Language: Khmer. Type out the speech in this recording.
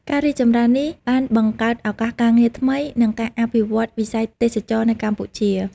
ការរីកចម្រើននេះបានបង្កើតឱកាសការងារថ្មី និងការអភិវឌ្ឍន៍វិស័យទេសចរណ៍នៅកម្ពុជា។